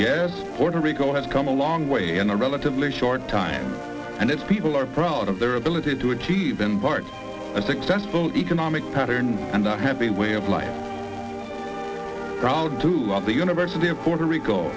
yes puerto rico has come a long way in a relatively short time and its people are proud of their ability to achieve embark on a successful economic pattern and a happy way of life proud to love the university of puerto rico